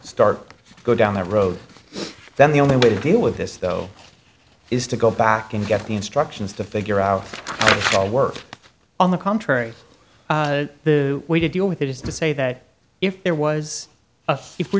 start to go down that road then the only way to deal with this though is to go back and get the instructions to figure out how to work on the contrary the way to deal with it is to say that if there was a if were